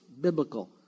biblical